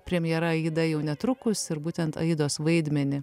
premjera aida jau netrukus ir būtent aidos vaidmenį